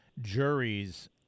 juries